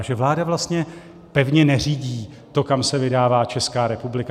Že vláda vlastně pevně neřídí to, kam se vydává Česká republika?